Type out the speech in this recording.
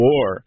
War